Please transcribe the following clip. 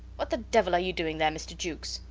what the devil are you doing there, mr. jukes?